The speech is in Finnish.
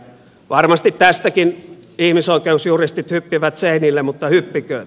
varmasti tästäkin ihmisoikeusjuristit hyppivät seinille mutta hyppikööt